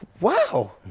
wow